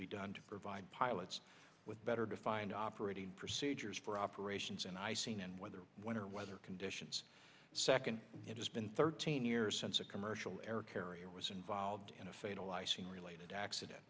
be done to provide pilots with better defined operating procedures for operations and i seen and whether when or weather conditions second it has been thirteen years since a commercial air carrier was involved in a fatal icing related accident